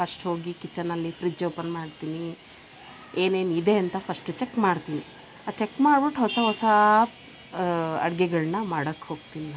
first ಹೋಗಿ ಕಿಚನಲ್ಲಿ fridge open ಮಾಡ್ತೀನಿ ಏನೇನು ಇದೆ ಅಂತ ಫಸ್ಟ್ ಚೆಕ್ ಮಾಡ್ತೀನಿ ಅದು ಚೆಕ್ ಮಾಡ್ಬಿಟ್ಟು ಹೊಸ ಹೊಸ ಅಡ್ಗೆಗಳನ್ನ ಮಾಡಕ್ಕೆ ಹೋಗ್ತಿನಿ ನಾನು